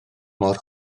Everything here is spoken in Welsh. mor